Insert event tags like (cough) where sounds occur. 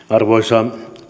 (unintelligible) arvoisa